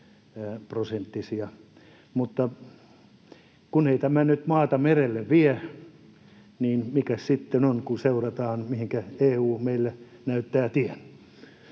Mutta kun ei tämä nyt maata merelle vie, niin mikäs sitten on, kun seurataan, mihinkä EU meille näyttää tien.